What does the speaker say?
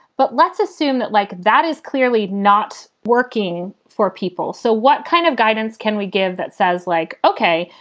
but let's assume that like that is clearly not working for people. so what kind of guidance can we give that says like, ok,